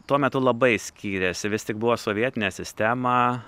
tuo metu labai skyrėsi vis tik buvo sovietinė sistema